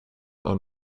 are